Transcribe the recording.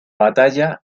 batalla